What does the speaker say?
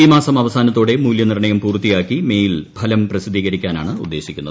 ഈ മാസം അവസാനത്തോടെ മൂല്യനിർണ്ണയ്ക്കപ്പൂർത്തിയാക്കി മേയിൽ ഫലം പ്രസിദ്ധീകരിക്കാനാണ് ഉദ്ദേശിക്കുന്നത്